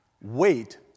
wait